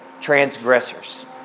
transgressors